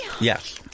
Yes